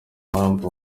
mpamvu